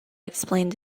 explained